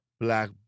Black